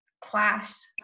class